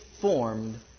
formed